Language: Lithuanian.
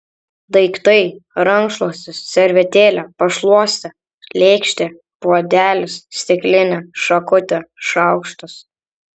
daiktai rankšluostis servetėlė pašluostė lėkštė puodelis stiklinė šakutė šaukštas